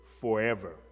forever